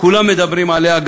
כולם מדברים עליה,